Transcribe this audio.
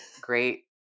great